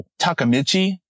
Takamichi